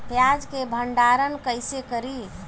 प्याज के भंडारन कईसे करी?